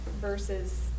versus